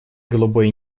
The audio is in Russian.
голубой